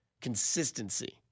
Consistency